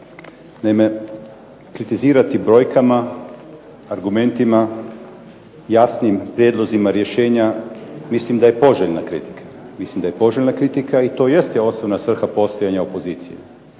Naime, kritizirati brojkama, argumentima, jasnim prijedlozima rješenja, mislim da je poželjna kritika i to jest svrha postojanja opozicije